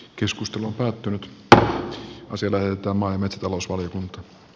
keskustelu päättynyt aselöytö on maa metsätalousvaliokunta p